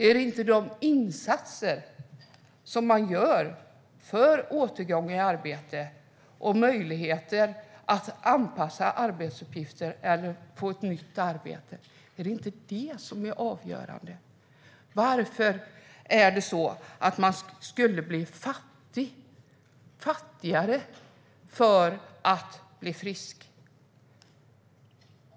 Är det inte de insatser som görs för återgång i arbete, anpassande av arbetsuppgifter eller ett nytt arbete som är avgörande? Varför ska man bli fattigare för att bli frisk?